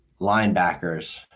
linebackers